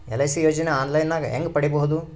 LIC ಯೋಜನೆ online ಹೇಂಗ ಪಡಿಬಹುದು?